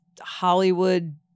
Hollywood